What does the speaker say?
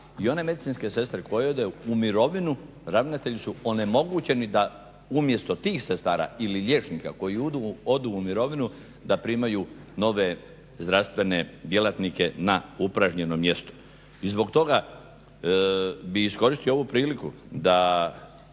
i one medicinske sestre koje odu u mirovinu ravnatelji su onemogućeni da umjesto tih sestara ili liječnika koji odu u mirovinu da primaju nove zdravstvene djelatnike na upražnjeno mjesto. I zbog toga bih iskoristio ovu priliku da